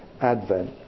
advent